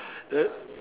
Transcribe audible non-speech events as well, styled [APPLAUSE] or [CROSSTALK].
[NOISE]